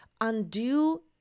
undo